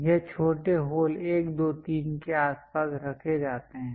यह छोटे होल 1 2 3 के आसपास रखे जाते हैं